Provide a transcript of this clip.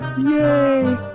Yay